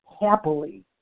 happily